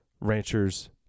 ranchers